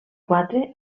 quatre